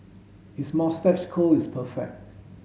his moustache curl is perfect